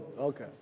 okay